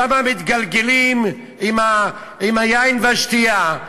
שמה מתגלגלים עם היין והשתייה,